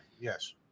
Yes